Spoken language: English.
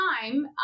time